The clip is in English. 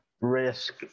risk